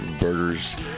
burgers